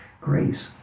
Grace